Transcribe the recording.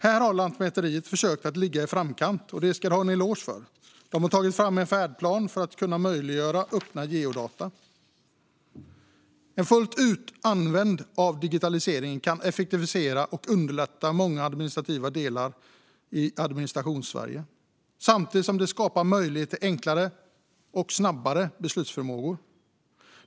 Här har Lantmäteriet försökt att ligga i framkant, och det ska de ha en eloge för. De har tagit fram en färdplan för att kunna möjliggöra öppna geodata. En användning fullt ut av digitaliseringen kan effektivisera och underlätta många administrativa delar av Administrationssverige samtidigt som det skapar möjlighet till enklare och snabbare beslutsförmågor.